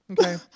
Okay